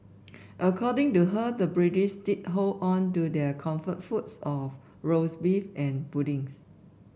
according to her the British did hold on to their comfort foods of roast beef and puddings